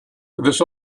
this